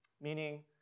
meaning